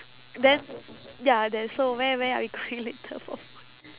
then ya then so where where are we going later for food